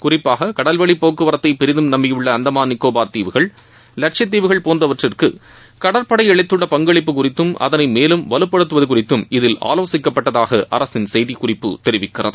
குறிப்பாக கடல்வழி போக்குவரத்தை பெரிதும் நம்பியுள்ள அந்தமான் நிக்கோபார் தீவுகள் லட்சத்தீவுகள் போன்றவற்றிற்கு கடற்படை அளித்துள்ள பங்களிப்பு குறித்தும் அதளை மேலும் வலுப்படுத்துவது குறித்தும் இதில் ஆலோசிக்கப்பட்டதாக அரசின் செய்திக்குறிப்பு தெரிவிக்கிறது